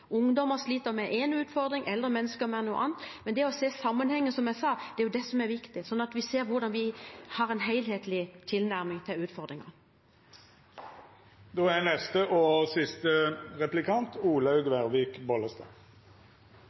ungdommer sliter med én utfordring, eldre mennesker med noe annet. Men det å se sammenhengen – som jeg sa – er det som er viktig, slik at vi ser hvordan vi har en helhetlig tilnærming til